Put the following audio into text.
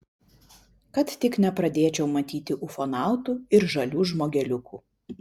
kad tik nepradėčiau matyti ufonautų ir žalių žmogeliukų